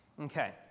Okay